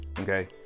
Okay